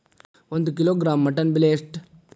ಒಂದು kilogram mutton ಬೆಲೆ ಎಷ್ಟ್?